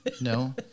No